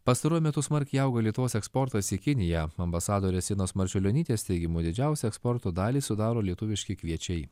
pastaruoju metu smarkiai auga lietuvos eksportas į kiniją ambasadorės inos marčiulionytės teigimu didžiausią eksporto dalį sudaro lietuviški kviečiai